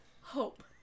Hope